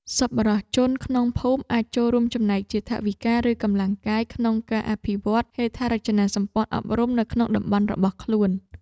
សប្បុរសជនក្នុងភូមិអាចចូលរួមចំណែកជាថវិកា ឬកម្លាំងកាយក្នុងការអភិវឌ្ឍហេដ្ឋារចនាសម្ព័ន្ធអប់រំនៅក្នុងតំបន់របស់ខ្លួន។